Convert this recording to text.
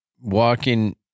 Walking